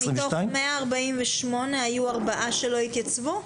מתוך 148 היו ארבעה שלא התייצבו?